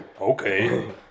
Okay